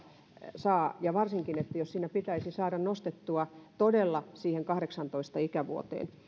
saa varsinkaan jos siinä pitäisi saada nostettua oppivelvollisuutta todella siihen kahdeksaantoista ikävuoteen